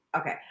Okay